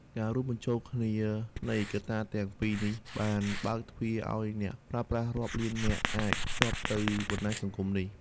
ការរួមបញ្ចូលគ្នានៃកត្តាទាំងពីរនេះ បាន បើកទ្វារឲ្យអ្នកប្រើប្រាស់រាប់លាននាក់អាចភ្ជាប់ទៅបណ្តាញសង្គមនេះ។